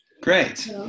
Great